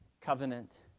covenant